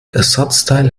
ersatzteil